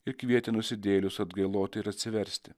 ir kvietė nusidėjėlius atgailoti ir atsiversti